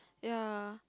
ya